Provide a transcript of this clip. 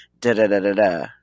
da-da-da-da-da